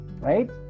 right